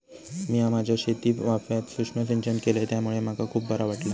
मिया माझ्या शेतीवाफ्यात सुक्ष्म सिंचन केलय त्यामुळे मका खुप बरा वाटला